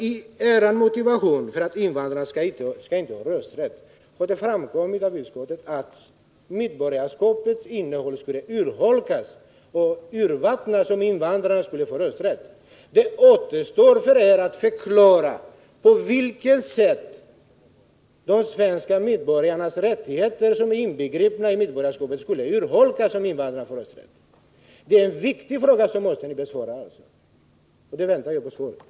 I er motivering för att invandrarna inte skall ha rösträtt ingår — det har framkommit i utskottet — att medborgarskapets innehåll skulle urholkas och urvattnas om invandrare skulle få rösträtt. Det återstår för er att förklara på vilket sätt de svenska medborgarnas rättigheter, som är inbegripna i medborgarskapet, skulle urholkas om invandrarna får rösträtt. Det är en viktig fråga som ni måste besvara, och jag väntar på svaret.